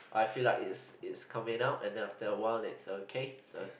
I feel like it's it's coming out and then after a while then it's okay so